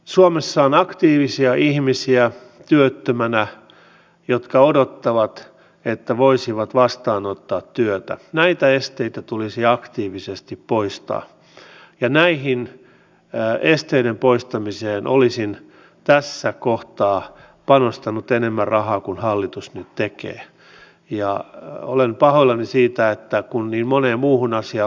millä keinoilla te aiotte seurata nyt tätä ettei tämä johda siihen että ne jotka tätä hoitoa ja hoivaa ja palvelua tarvitsevat jäävätkin sitten kotiin ja me hyväosaiset juoksemme kyllä lääkärissä ja maksamme sitten tarvittaessa omasta pussista